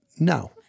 No